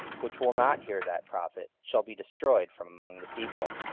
which will not hear that prophet, shall be destroyed from among the people.